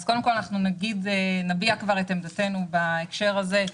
אז קודם כל אנחנו נביע כבר את עמדתנו בהקשר הזה,